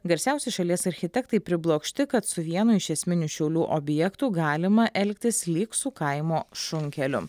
garsiausi šalies architektai priblokšti kad su vienu iš esminių šiaulių objektų galima elgtis lyg su kaimo šunkeliu